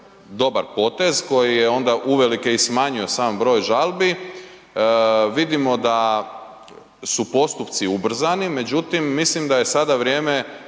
dobar potez koji je onda uvelike i smanjio sam broj žalbi. Vidimo da su postupci ubrzani, međutim mislim da je sada vrijeme